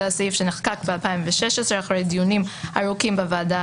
זה הסעיף שנחקק ב-2016 אחרי דיונים ארוכים בוועדה